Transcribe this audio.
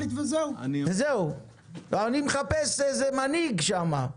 אני מחפש איזה מנהיג שם,